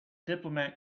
diplomat